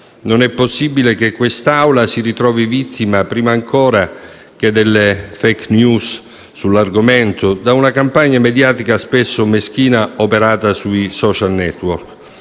Non è possibile che quest'Assemblea si ritrovi vittima, prima ancora che delle *fake news* sull'argomento, di una campagna mediatica spesso meschina operata sui *social network.*